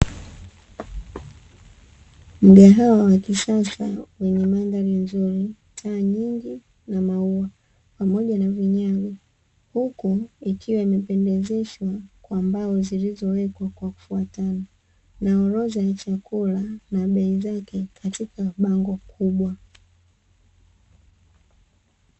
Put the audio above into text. Mgahawa wa kisasa wenye mandhari nzuri, taa nyingi na maua pamoja na vinyago huku ikiwa imependezeshwa kwa mbao zilizowekwa kwa kufuatana na orodha ya chakula na bei zake katika bango la chakula.